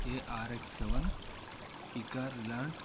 A R X seven ICAR రిలాంట్